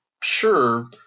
sure